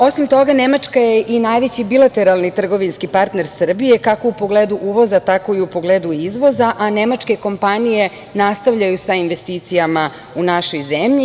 Osim toga, Nemačka je i najveći bilateralni trgovinski partner Srbije kako u pogledu uvoza, tako i u pogledu izvoza, a nemačke kompanije nastavljaju sa investicijama u našoj zemlji.